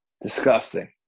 Disgusting